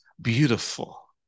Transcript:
beautiful